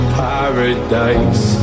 paradise